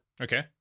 Okay